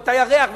את הירח,